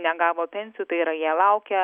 negavo pensijų tai yra jie laukia